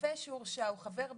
רופא שהורשע הוא חבר בהר"י,